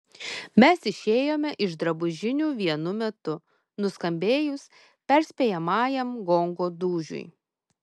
mes išėjome iš drabužinių vienu metu nuskambėjus perspėjamajam gongo dūžiui